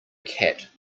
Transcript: cat